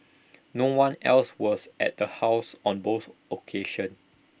no one else was at the house on both occasions